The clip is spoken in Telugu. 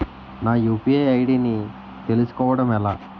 నా యు.పి.ఐ ఐ.డి ని తెలుసుకోవడం ఎలా?